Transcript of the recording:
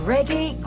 Reggae